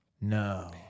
No